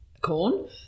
corn